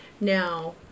now